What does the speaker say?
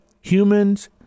humans